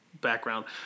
background